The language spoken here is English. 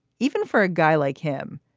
even for a guy like him,